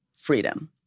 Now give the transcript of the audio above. Freedom